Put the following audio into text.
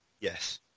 Yes